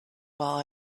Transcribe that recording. while